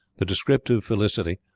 the descriptive felicity,